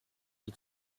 die